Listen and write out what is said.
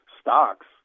stocks